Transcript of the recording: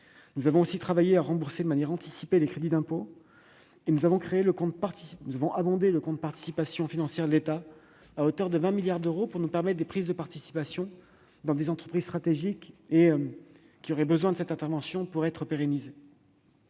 Nous avons aussi travaillé à rembourser de manière anticipée les crédits d'impôt et nous avons abondé le compte « Participations financières de l'État » à hauteur de 20 milliards d'euros pour nous permettre de prendre des participations dans des entreprises stratégiques qui auraient besoin de cette intervention pour être pérennisées.